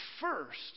First